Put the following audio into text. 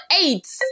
eight